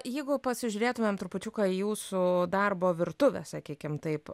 jeigu pasižiūrėtumėm trupučiuką į jūsų darbo virtuvę sakykim taip